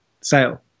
sale